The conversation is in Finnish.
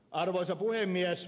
arvoisa puhemies